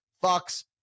Fox